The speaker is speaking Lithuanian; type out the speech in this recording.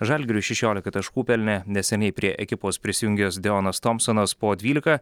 žalgiriui šešiolika taškų pelnė neseniai prie ekipos prisijungęs deonas tomsonas po dvylika